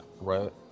Right